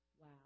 Wow